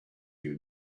you